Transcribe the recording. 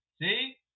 See